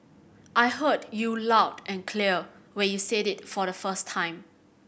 I heard you loud and clear when you said it for the first time